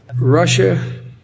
Russia